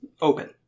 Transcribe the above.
open